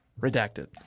redacted